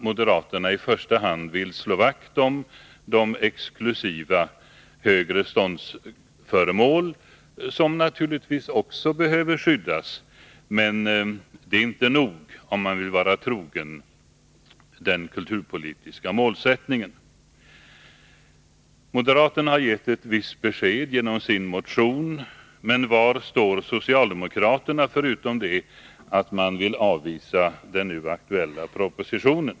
Moderaterna vill i första hand slå vakt om de exklusiva högreståndsföremålen, som naturligtvis också behöver skyddas. Men det är inte nog, om man vill vara trogen den kulturpolitiska målsättningen. Moderaterna har gett ett visst besked genom sin motion. Men var står socialdemokraterna — förutom att man vill avvisa den nu aktuella propositionen?